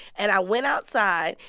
and i went outside,